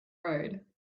road